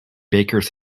bakers